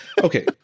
okay